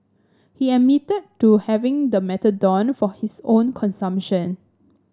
he admitted to having the methadone for his own consumption